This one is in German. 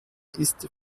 ist